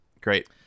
Great